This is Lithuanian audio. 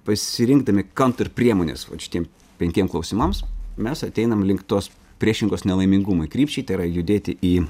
pasirinkdami kaunter priemones vat šitiem penkiem klausimams mes ateinam link tos priešingos nelaimingumui krypčiai tai yra judėti į